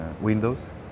windows